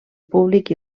públic